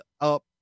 up